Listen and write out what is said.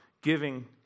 giving